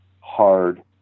hard